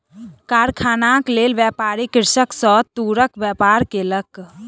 कारखानाक लेल, व्यापारी कृषक सॅ तूरक व्यापार केलक